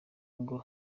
ngo